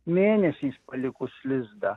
mėnesiais palikus lizdą